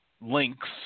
links